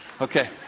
Okay